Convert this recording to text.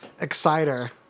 Exciter